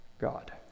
God